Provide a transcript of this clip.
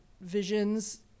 visions